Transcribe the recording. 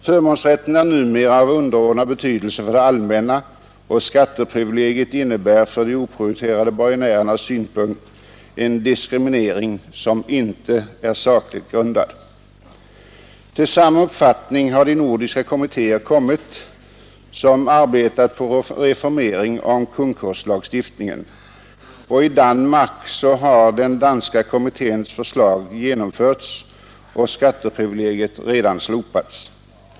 Förmånsrätten är numera av underordnad betydelse för det allmänna, och skatteprivilegiet innebär från de oprioriterade borgenärernas synpunkt en diskriminering som inte är sakligt grundad. Till samma uppfattning har de nordiska kommittéer som arbetat på reformering av konkurslagstiftningen kommit, och i Danmark har den danska kommitténs förslag genomförts och skatteprivilegiet redan slopats.